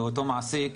אותו מעסיק,